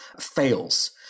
fails